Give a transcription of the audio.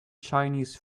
chinese